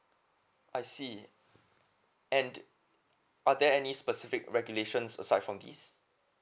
I see and are there any specific regulations aside from this